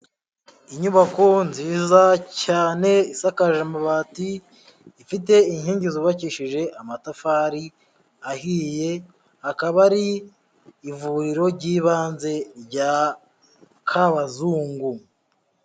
Inyubako nziza cyane isakaje amabati, ifite inkingi zubakishije amatafari ahiye, akaba ari ivuriro ry'ibanze rya Kabazungu.